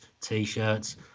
t-shirts